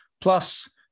plus